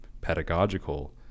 pedagogical